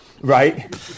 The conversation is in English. right